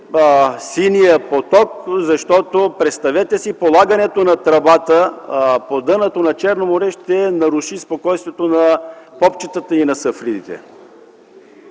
„Син поток”, защото, представете си, полагането на тръбата по дъното на Черно море ще наруши спокойствието на попчетата и на сафридите.